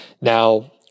Now